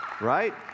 right